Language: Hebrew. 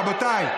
רבותיי.